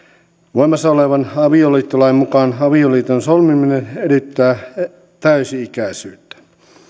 voimassa olevan avioliittolain mukaan avioliiton solmiminen edellyttää täysi ikäisyyttä